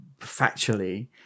factually